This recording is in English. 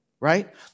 right